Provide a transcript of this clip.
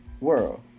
world